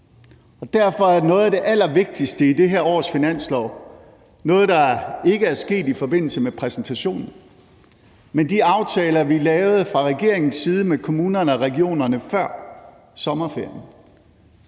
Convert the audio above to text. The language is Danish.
Derfor er noget af det allervigtigste i det her års finanslov noget, der ikke er sket i forbindelse med præsentationen, men i de aftaler, vi fra regeringens side lavede med kommunerne og regionerne før sommerferien,